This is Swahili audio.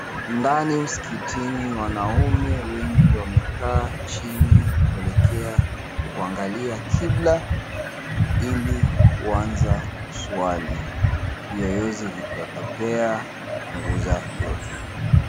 Ndani msikitini wanaume wengi wamekaa chini kuelekea kuangalia kibla ili kuanza kuswali. Viyoyozi vikiwapepea kupunguza joto.